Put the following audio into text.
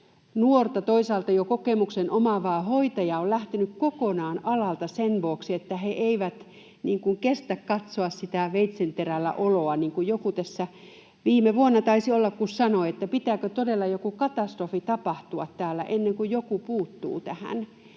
nuorta, toisaalta jo kokemuksen omaavaa hoitajaa on lähtenyt kokonaan alalta sen vuoksi, että he eivät kestä katsoa sitä veitsenterälläoloa — niin kuin joku tässä, viime vuonna taisi olla, sanoi, että pitääkö todella joku katastrofi tapahtua täällä ennen kuin joku puuttuu tähän